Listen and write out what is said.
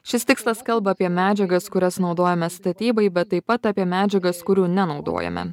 šis tikslas kalba apie medžiagas kurias naudojame statybai bet taip pat apie medžiagas kurių nenaudojame